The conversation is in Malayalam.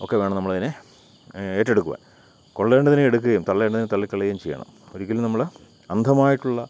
ഒക്കെ വേണം നമ്മളതിനെ ഏറ്റെടുക്കുവാൻ കൊള്ളേണ്ടതിനെ എടുക്കുകയും തള്ളേണ്ടതിനെ തള്ളിക്കളയുകയും ചെയ്യണം ഒരിക്കലും നമ്മൾ അന്ധമായിട്ടുള്ള